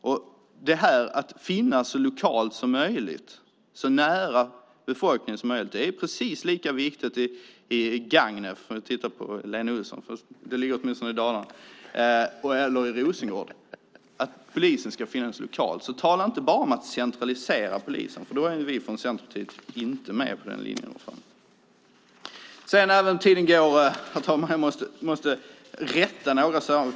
Att polisen ska finnas så lokalt som möjligt, så nära befolkningen som möjligt, är precis lika viktigt i Gagnef - jag tittar på Lena Olsson; det ligger åtminstone i Dalarna - som i Rosengård. Tala inte bara om att centralisera polisen! Vi från Centerpartiet är inte med på den linjen. Tiden går, herr talman, men jag måste rätta några saker.